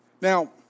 Now